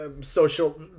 social